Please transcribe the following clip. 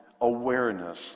awareness